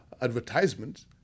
advertisements